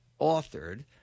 authored